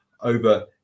over